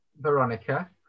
Veronica